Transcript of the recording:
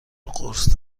قرص